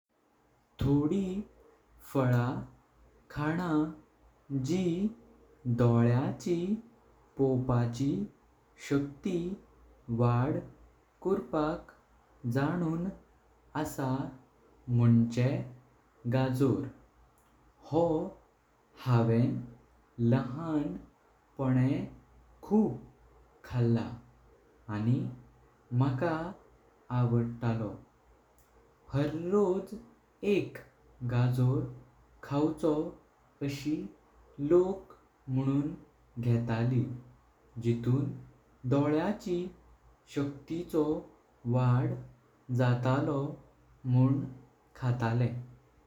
थोडी फळ खाणा जी डोळ्याची पोवपाची शक्ती वाड पळक जणूं। असा मुळे गाजर जो हांव लहान पणे खूप खातलो आणी माका आवडतलो। हरोज एक गाजर खावचो अशी लोक मणयातले जिथून डोळ्याची शक्तीचो वाड जातलो मुळ खातले।